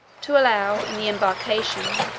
to allow, in the embarkation,